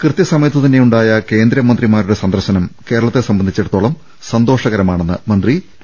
കൃത്യസമയത്തുതന്നെയുണ്ടായ കേന്ദ്രമ ന്ത്രിമാരുടെ സന്ദർശനം കേരളത്തെ സംബന്ധിച്ചിടത്തോളം സന്തോഷകരമാണെന്ന് മന്ത്രി വി